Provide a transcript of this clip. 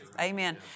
Amen